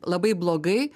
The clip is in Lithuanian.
labai blogai